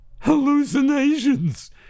hallucinations